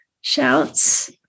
shouts